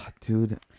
Dude